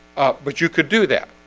but you could do that.